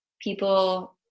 people